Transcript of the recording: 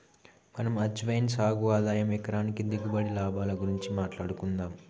మనం అజ్వైన్ సాగు ఆదాయం ఎకరానికి దిగుబడి, లాభాల గురించి మాట్లాడుకుందం